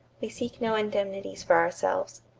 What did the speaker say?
we seek no indemnities for ourselves.